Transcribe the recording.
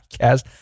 podcast